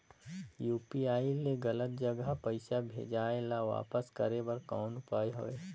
UPI ले गलत जगह पईसा भेजाय ल वापस करे बर कौन उपाय हवय?